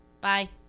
Bye